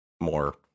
more